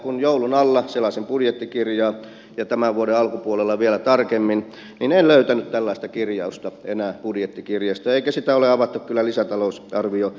kun joulun alla selasin budjettikirjaa ja tämän vuoden alkupuolella vielä tarkemmin niin en löytänyt tällaista kirjausta enää budjettikirjasta eikä sitä ole avattu kyllä lisätalousarvioesityksessäkään